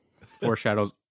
foreshadows